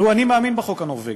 תראו, אני מאמין בחוק הנורבגי,